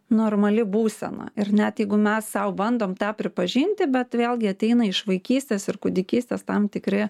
normali būsena ir net jeigu mes sau bandom tą pripažinti bet vėlgi ateina iš vaikystės ir kūdikystės tam tikri